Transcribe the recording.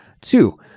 two